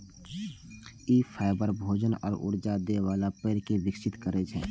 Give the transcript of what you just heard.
ई fibre, भोजन आ ऊर्जा दै बला पेड़ कें विकसित करै छै